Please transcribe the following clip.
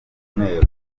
umweru